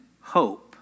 hope